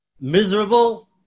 Miserable